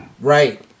Right